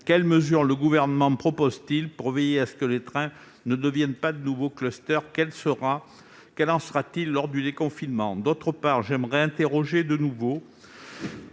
Quelles mesures le Gouvernement propose-t-il pour veiller à ce que les trains ne deviennent pas de nouveaux clusters ? Qu'en sera-t-il lors du déconfinement ? Par ailleurs, permettez-moi de vous interroger de nouveau